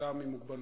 אדם עם מוגבלויות